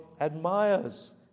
admires